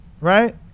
Right